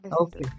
Okay